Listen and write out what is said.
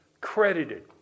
credited